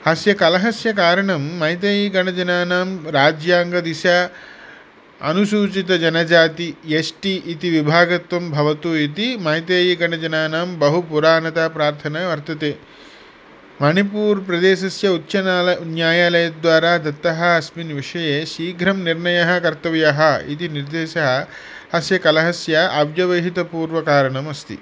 अस्य कलहस्य कारणं मैतैगणजनानां राज्याङ्गदिशा अनुसूचितजनजाति यस् टि इति विभागत्वं भवतु इति मैतैगणजनानां बहु पूरानता प्रार्थना वर्तते मणिपूर् प्रदेशस्य उच्चन्याल न्यायालयद्वारा दत्तः अस्मिन् विषये शीघ्रं निर्णयः कर्तव्यः इति निर्देशः अस्य कलहस्य अव्यवहितपूर्वकारणमस्ति